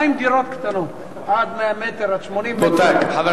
מה עם דירות קטנות עד 100 מ"ר, עד 80 מ"ר?